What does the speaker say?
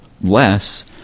less